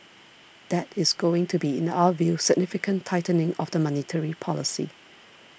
that is going to be in our view significant tightening of the monetary policy